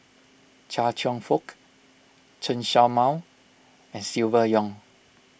Chia Cheong Fook Chen Show Mao and Silvia Yong